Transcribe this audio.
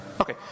Okay